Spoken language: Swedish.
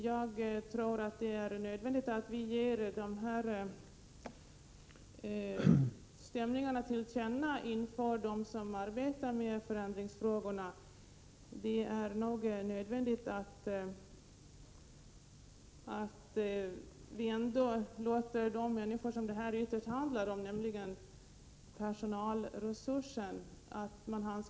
Jag tror att det är nödvändigt att vi ger uttryck för sådana stämningar inför dem som arbetar med förändringsfrågorna. Vi måste nog handskas varsamt med förändringar av den dimension som det kan bli fråga om för den personal som det ytterst gäller.